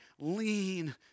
lean